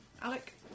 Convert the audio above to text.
Alec